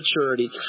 maturity